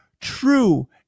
true